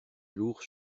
lourds